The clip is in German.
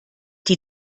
die